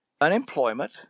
unemployment